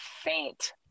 faint